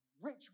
rich